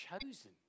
chosen